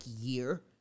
year